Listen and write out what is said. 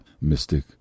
mystic